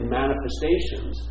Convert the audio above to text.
manifestations